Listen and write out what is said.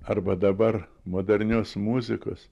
arba dabar modernios muzikos